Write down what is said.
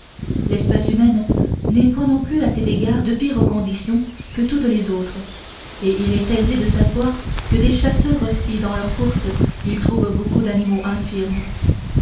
l'espèce humaine n'est point non plus à cet égard de pire condition que toutes les autres et il est aisé de savoir des chasseurs si dans leurs courses ils trouvent beaucoup d'animaux infirmes